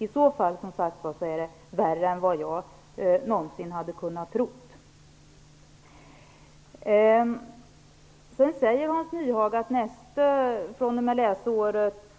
I så fall är det värre än vad jag någonsin kunnat tro. Hans Nyhage säger att det ordnar sig läsåret 1995/96,